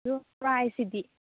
ꯑꯗꯣ ꯄ꯭ꯔꯥꯏꯁꯁꯤꯗꯤ